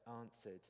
answered